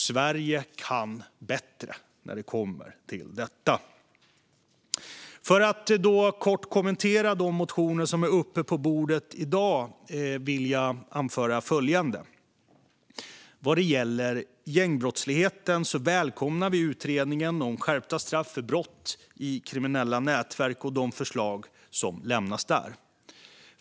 Sverige kan bättre när det kommer till detta. För att kort kommentera de motioner som är uppe på bordet i dag vill jag anföra följande. Vad gäller gängbrottsligheten välkomnar vi utredningen om skärpta straff för brott i kriminella nätverk och de förslag som lämnas där.